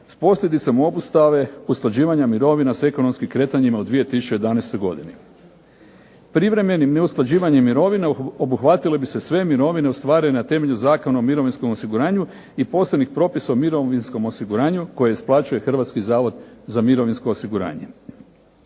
s posljedicama obustave usklađivanja mirovina s ekonomskim kretanjima u 2011. godini. Privremenim usklađivanjem mirovina obuhvatile bi se sve mirovine ostvarene na temelju Zakona o mirovinskom osiguranju, i posebnih propisa u mirovinskom osiguranju koje isplaćuje Hrvatski zavod za mirovinsko osiguranje.